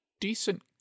decent